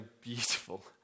beautiful